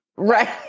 Right